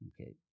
Okay